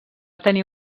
tenir